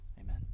amen